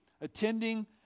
attending